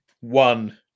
One